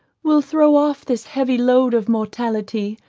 will throw off this heavy load of mortality,